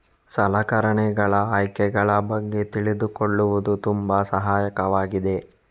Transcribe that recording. ಸಲಕರಣೆಗಳ ಆಯ್ಕೆಗಳ ಬಗ್ಗೆ ತಿಳಿದುಕೊಳ್ಳುವುದು ತುಂಬಾ ಸಹಾಯಕವಾಗಿದೆ